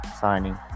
signing